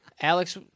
Alex